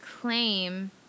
claim